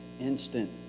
instant